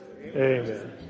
Amen